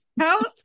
out